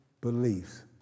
beliefs